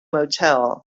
motel